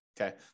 Okay